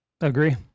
Agree